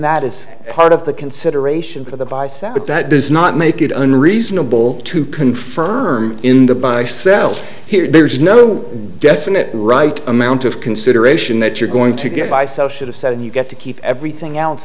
that as part of the consideration for the vice that but that does not make it unreasonable to confirm in the buy sell here there's no definite right amount of consideration that you're going to get by so should a set and you get to keep everything else